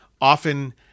Often